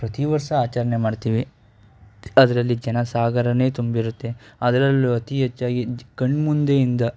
ಪ್ರತಿ ವರ್ಷ ಆಚರಣೆ ಮಾಡ್ತೀವಿ ಅದರಲ್ಲಿ ಜನಸಾಗರವೇ ತುಂಬಿರುತ್ತೆ ಅದರಲ್ಲೂ ಅತೀ ಹೆಚ್ಚಾಗಿ ಕಣ್ಣು ಮುಂದೆಯಿಂದ